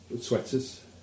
Sweaters